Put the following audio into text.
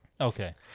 okay